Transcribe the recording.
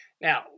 Now